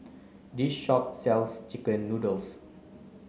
this shop sells chicken noodles